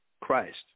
Christ